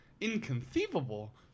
inconceivable